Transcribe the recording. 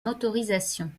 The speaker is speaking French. motorisation